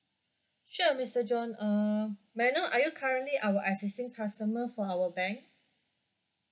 sure mister john uh may I know are you currently our existing customer for our bank